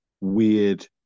weird